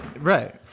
Right